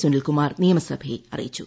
സുനിൽകുമാർ നിയമസഭയിൽ അറിയിച്ചു